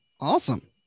Awesome